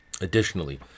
Additionally